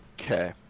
Okay